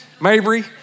Mabry